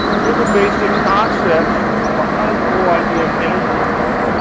here are the basic concepts behind the whole idea of energy flow.